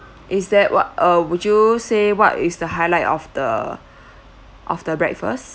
is that what uh would you say what is the highlight of the of the breakfast